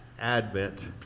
Advent